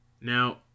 Now